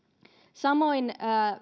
samoin